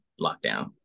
lockdown